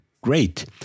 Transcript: Great